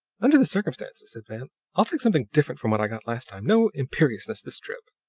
under the circumstances, said van, i'll take something different from what i got last time. no imperiousness this trip.